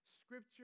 Scripture